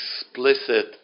explicit